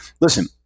listen